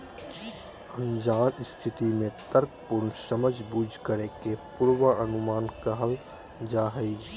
अनजान स्थिति में तर्कपूर्ण समझबूझ करे के पूर्वानुमान कहल जा हइ